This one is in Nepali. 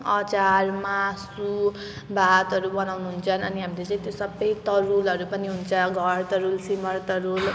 अचार मासु भातहरू बनाउनुहुन्छ अनि हामीले चाहिँ त्यो सबै तरुलहरू पनि हुन्छ घरतरुल सिमलतरुल